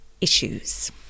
issues